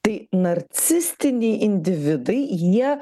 tai narcistiniai individai jie